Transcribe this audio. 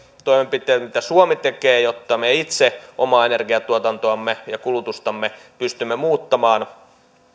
toimenpiteet mitä suomi tekee jotta me itse omaa energiantuotantoamme ja kulutustamme pystymme muuttamaan